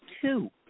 two